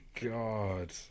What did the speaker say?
God